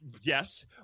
yes